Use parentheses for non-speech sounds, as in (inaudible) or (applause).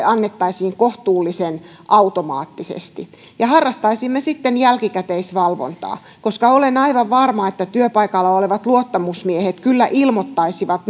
(unintelligible) annettaisiin kohtuullisen automaattisesti ja harrastaisimme sitten jälkikäteisvalvontaa olen aivan varma että työpaikalla olevat luottamusmiehet kyllä ilmoittaisivat (unintelligible)